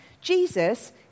Jesus